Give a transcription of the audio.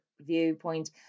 viewpoint